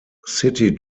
city